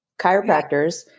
chiropractors